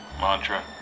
mantra